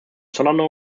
solano